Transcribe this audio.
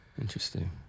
Interesting